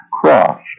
cross